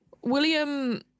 William